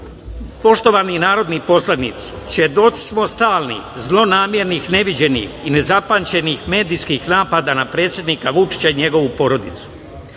poštovani narodni poslanici, svedoci smo stalnih zlonamernih neviđenih i nezapamćenih medijskih napada na predsednika Vučića i njegovu porodicu.